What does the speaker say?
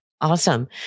Awesome